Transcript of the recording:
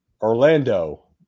Orlando